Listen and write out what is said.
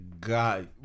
God